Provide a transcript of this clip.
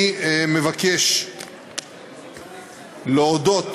אני מבקש להודות